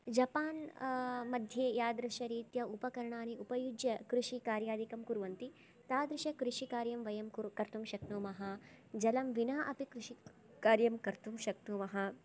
Japan मध्ये यादृशरीत्या उपकरणानि उपयुज्य कृषिकार्यादिकं कुर्वन्ति तादृशकृषिकार्यं वयं कर्तुं शक्नुमः जलं विना अपि कृषिकार्यं कर्तुं शक्नुमः